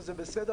וזה גם בסדר,